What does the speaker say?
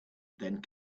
then